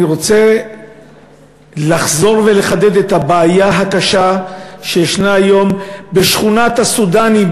אני רוצה לחזור ולחדד את הבעיה הקשה שישנה היום בשכונת הסודאנים,